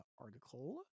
article